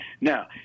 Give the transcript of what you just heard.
Now